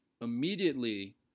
immediately